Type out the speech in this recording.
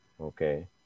Okay